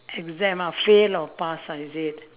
exam ah fail or pass ah is it